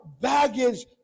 baggage